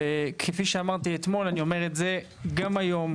וכפי שאמרתי אתמול אני אומר את זה גם היום,